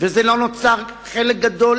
וזה לא נוצר, חלק גדול